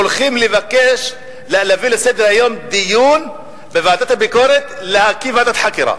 הולכים להביא לסדר-היום בוועדת הביקורת דיון על הקמת ועדת חקירה.